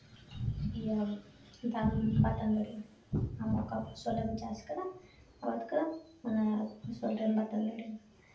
ᱤᱭᱟᱹ ᱫᱟᱜ ᱮᱢ ᱵᱟᱛᱟᱱ ᱫᱟᱲᱮᱜ ᱟᱢ ᱚᱠᱟ ᱯᱷᱚᱥᱚᱞ ᱮᱢ ᱪᱟᱥ ᱟᱠᱟᱫᱟ ᱟᱵᱟᱫ ᱟᱠᱟᱫᱟ ᱚᱱᱟ ᱯᱷᱚᱥᱚᱞ ᱨᱮ ᱵᱟᱛᱟᱱ ᱫᱟᱲᱮᱭᱟᱜᱼᱟ